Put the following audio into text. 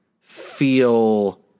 feel